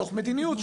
מתוך מדיניות,